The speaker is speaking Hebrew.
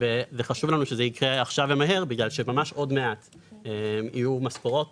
וחשוב לנו שזה יקרה עכשיו ומהר בגלל שממש עוד מעט יהיו משכורות